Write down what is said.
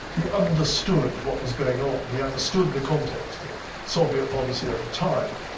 he understood what was going on, he understood the context of soviet policy at the time.